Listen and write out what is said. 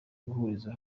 guhuriza